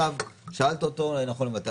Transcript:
שאלת אותו נכון למתי.